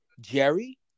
Jerry